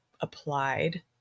applied